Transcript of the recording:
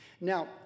Now